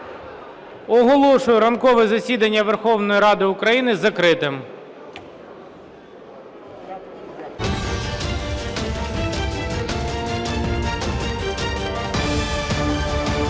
Оголошую ранкове засідання Верховної Ради України закритим.